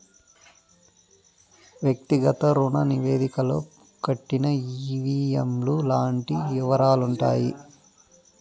వ్యక్తిగత రుణ నివేదికలో కట్టిన ఈ.వీ.ఎం లు లాంటి యివరాలుంటాయి